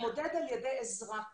נתמודד על-ידי עזרה ואחריות.